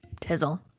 Tizzle